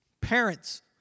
parents